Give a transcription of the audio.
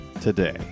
today